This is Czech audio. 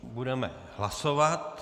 Budeme hlasovat.